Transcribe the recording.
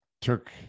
took